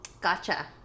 Gotcha